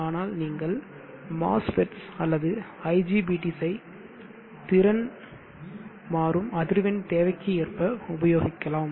ஆனால் நீங்கள் MOSFETs அல்லது IGBTs ஐ திறன் மாறும் அதிர்வெண் தேவைக்கு ஏற்ப உபயோகிக்கலாம்